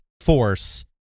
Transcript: force